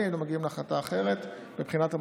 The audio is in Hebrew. היינו מגיעים להחלטה אחרת מבחינת המסוכנת.